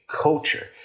culture